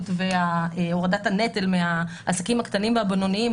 והורדת הנטל מהעסקים הקטנים והבינוניים,